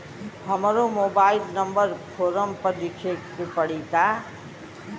हमरो mobile number form पर लिखे के पड़ी का?